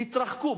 תתרחקו,